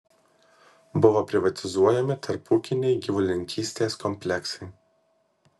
buvo privatizuojami tarpūkiniai gyvulininkystės kompleksai